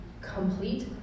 complete